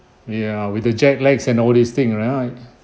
ya with the jetlags and all this thing right